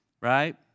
right